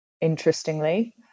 interestingly